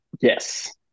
Yes